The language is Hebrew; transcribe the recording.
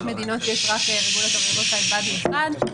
יש מדינות שיש רק Regulatory Oversight Body אחד.